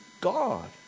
God